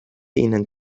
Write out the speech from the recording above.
ihnen